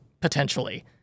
potentially